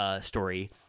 Story